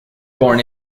born